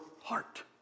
heart